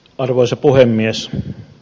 arvoisa puhemies